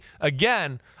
again